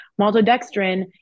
Maltodextrin